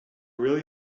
really